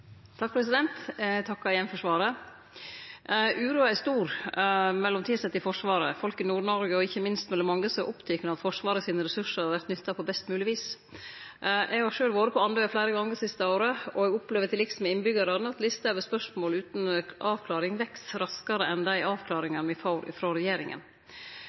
Eg takkar igjen for svaret. Uroa er stor mellom tilsette i Forsvaret og folk i Nord-Noreg. Ikkje minst er det mange som er opptekne av at Forsvarets ressursar vert nytta på best mogleg vis. Eg har sjølv vore på Andøya fleire gonger siste året, og eg opplever til liks med innbyggjarane at lista over spørsmål utan avklaring veks raskare enn dei avklaringane me får frå regjeringa.